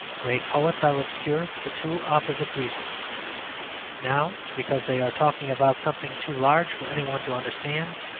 great poets are obscure for two opposite reasons now, because they are talking about something too large for any one to understand,